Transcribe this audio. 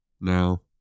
now